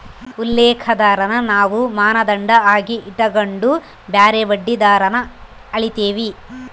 ಉಲ್ಲೇಖ ದರಾನ ನಾವು ಮಾನದಂಡ ಆಗಿ ಇಟಗಂಡು ಬ್ಯಾರೆ ಬಡ್ಡಿ ದರಾನ ಅಳೀತೀವಿ